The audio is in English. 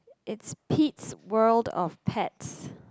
it's Pete's world of pets